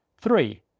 Three